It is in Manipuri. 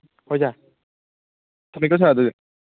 ꯍꯣꯏ ꯁꯥꯔ ꯊꯝꯃꯦꯀꯣ ꯁꯥꯔ ꯑꯗꯨꯗꯤ